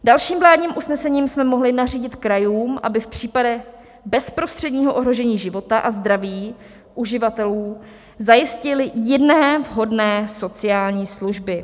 Dalším vládním usnesením jsme mohli nařídit krajům, aby v případech bezprostředního ohrožení života a zdraví uživatelů zajistily jiné vhodné sociální služby.